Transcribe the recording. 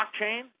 blockchain